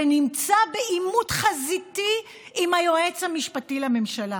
ונמצא בעימות חזיתי עם היועץ המשפטי לממשלה.